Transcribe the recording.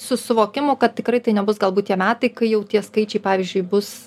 su suvokimu kad tikrai tai nebus galbūt tie metai kai jau tie skaičiai pavyzdžiui bus